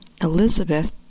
Elizabeth